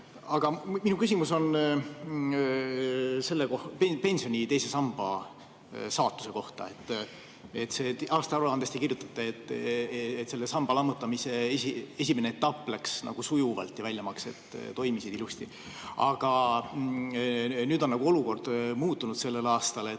Aga minu küsimus on pensioni teise samba saatuse kohta. Aastaaruandes te kirjutate, et selle samba lammutamise esimene etapp läks sujuvalt ja väljamaksed toimisid ilusti, aga nüüd on olukord muutunud sellel aastal. Ma